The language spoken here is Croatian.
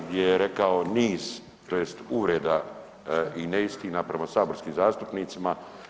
Gdje je rekao niz tj. uvreda i neistina prema saborskim zastupnicima.